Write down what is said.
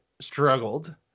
struggled